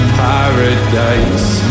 paradise